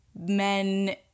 men